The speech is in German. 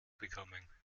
bekommen